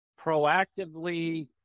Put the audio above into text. proactively